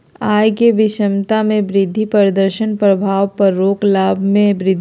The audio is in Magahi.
आय के विषमता में वृद्धि प्रदर्शन प्रभाव पर रोक लाभ में वृद्धि